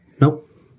Nope